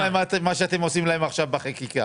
מספיק מה שאתם עושים להם עכשיו בחקיקה.